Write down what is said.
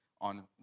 on